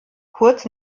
kurz